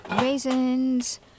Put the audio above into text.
raisins